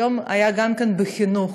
והיום היה גם כן דיון בחינוך.